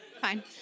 fine